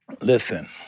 Listen